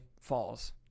falls